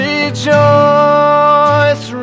Rejoice